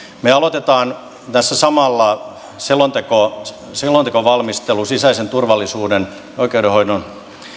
me aloitamme tässä samalla selontekovalmistelun sisäisen turvallisuuden ja oikeudenhoidon